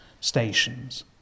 stations